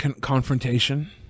confrontation